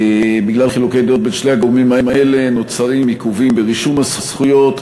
בגלל חילוקי דעות בין שני הגורמים האלה נוצרים עיכובים ברישום הזכויות,